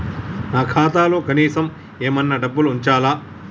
నా ఖాతాలో కనీసం ఏమన్నా డబ్బులు ఉంచాలా?